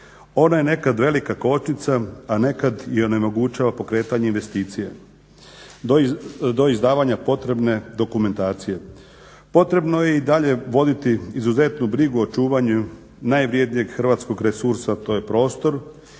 Ona je nekad velika kočnica, a nekad i onemogućava pokretanje investicija do izdavanja potrebne dokumentacije. Potrebno je i dalje voditi izuzetnu brigu o čuvanju najvrjednijeg hrvatskog resursa, a to je prostor